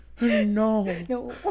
No